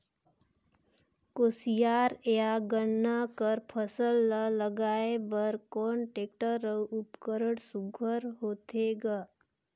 कोशियार या गन्ना कर फसल ल लगाय बर कोन टेक्टर अउ उपकरण सुघ्घर होथे ग?